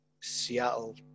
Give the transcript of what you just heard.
Seattle